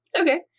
Okay